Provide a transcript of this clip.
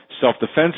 self-defense